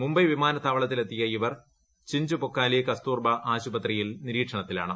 മുംബൈ വിമാനത്താവളത്തിൽ എത്തിയ ഇവർ ചിഞ്ച് പൊക്കാലി കസ്തൂർബാ ആശുപത്രിയിൽ നിരീക്ഷണത്തിലാണ്